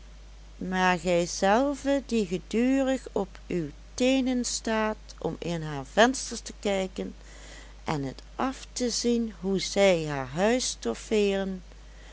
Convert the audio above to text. maar gijzelve die gedurig op uw teenen staat om in haar vensters te kijken en het af te zien hoe zij haar huis stoffeeren